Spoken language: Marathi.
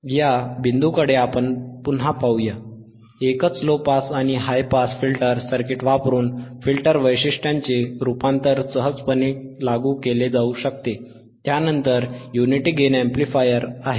या बिंदूकडे आपण पुन्हा पाहू या एकच लो पास आणि हाय पास फिल्टर सर्किट वापरून फिल्टर वैशिष्ट्यांचे रूपांतर सहजपणे लागू केले जाऊ शकते त्यानंतर युनिटी गेन अॅम्प्लिफायर आहे